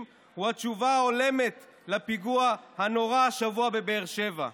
הוא התשובה ההולמת לפיגוע הנורא השבוע בבאר שבע.